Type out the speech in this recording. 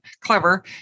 clever